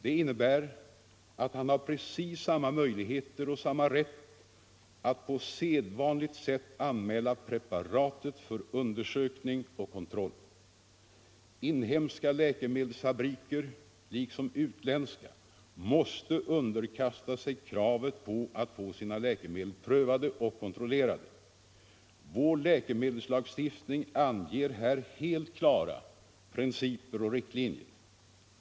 Det innebär att han har precis samma möjligheter att på sedvanligt sätt anmäla preparatet för undersökning och kontroll. Såväl in hemska som utländska läkemedelsfabrikanter måste underkasta sig kra Nr 132 vet på att få sina läkemedel prövade och kontrollerade. Vår läkeme Måndagen den delslagstiftning anger här helt klara principer och riktlinjer.